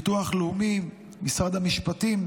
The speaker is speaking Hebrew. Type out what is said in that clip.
ביטוח לאומי ומשרד המשפטים.